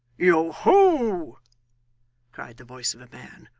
yoho! cried the voice of a man.